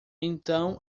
então